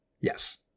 Yes